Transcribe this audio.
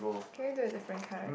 can I do at the friend cut